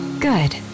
Good